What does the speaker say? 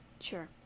sure